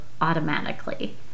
automatically